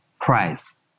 price